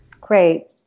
Great